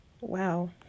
Wow